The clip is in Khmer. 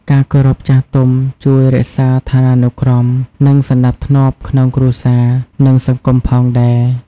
ការគោរពចាស់ទុំជួយរក្សាឋានានុក្រម និងសណ្តាប់ធ្នាប់ក្នុងគ្រួសារ និងសង្គមផងដែរ។